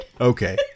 okay